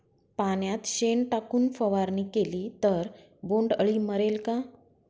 पाण्यात शेण टाकून फवारणी केली तर बोंडअळी मरेल का?